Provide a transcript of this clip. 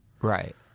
Right